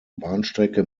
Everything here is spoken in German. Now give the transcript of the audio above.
bahnstrecke